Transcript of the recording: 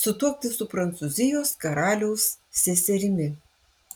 sutuokti su prancūzijos karaliaus seserimi